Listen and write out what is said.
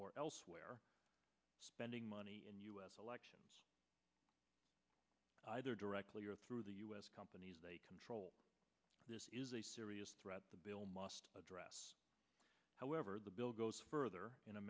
or elsewhere spending money in u s elections either directly or through the u s companies they control is a serious threat the bill must address however the bill goes further in a